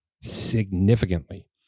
significantly